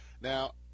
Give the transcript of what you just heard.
Now